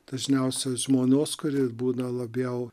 dažniausiai žmonos kuri būna labiau